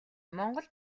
монгол